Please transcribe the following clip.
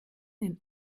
den